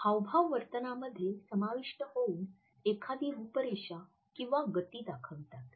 हावभाव वर्तनामध्ये समाविष्ट होऊन एखादी रूपरेषा किंवा गती दाखवितात